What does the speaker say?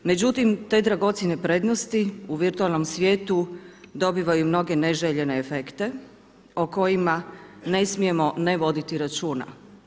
Međutim te dragocjene prednosti u virtualnom svijetu dobivaju i mnoge neželjene efekte o kojima ne smijemo ne voditi računa.